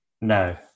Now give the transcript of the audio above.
No